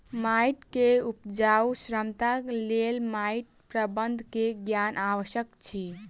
माइट के उपजाऊ क्षमताक लेल माइट प्रबंधन के ज्ञान आवश्यक अछि